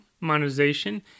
monetization